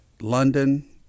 London